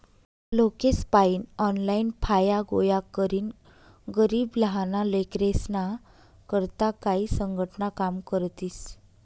लोकेसपायीन ऑनलाईन फाया गोया करीन गरीब लहाना लेकरेस्ना करता काई संघटना काम करतीस